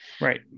Right